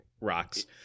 rocks